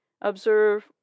Observe